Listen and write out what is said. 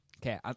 Okay